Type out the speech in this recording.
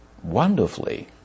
wonderfully